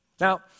Now